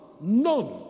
None